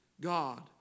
God